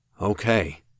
Okay